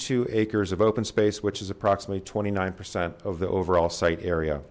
two acres of open space which is approximately twenty nine percent of the overall site